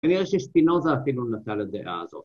‫כנראה ששפינוזה אפילו נטה לדעה הזו.